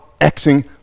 acting